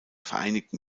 vereinigten